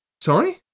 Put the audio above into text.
Sorry